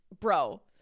Bro